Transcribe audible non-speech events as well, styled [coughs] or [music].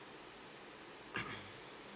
[coughs]